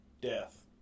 death